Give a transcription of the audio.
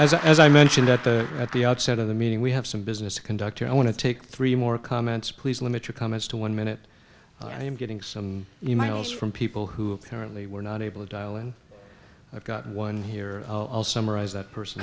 as as i mentioned at the at the outset of the meeting we have some business conduct here i want to take three more comments please limit your comments to one minute i'm getting some e mails from people who apparently were not able to dial and i've got one here i'll summarize that person